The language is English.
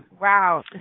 Wow